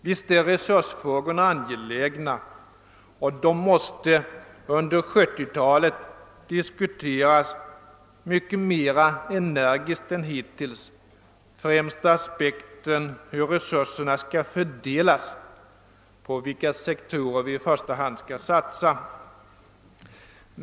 Visst är resursfrågorna angelägna, och de måste under 1970 talet diskuteras mycket mer energiskt än hittills, främst då aspekten hur resurserna skall fördelas och på vilka sektorer vi skall satsa i första hand.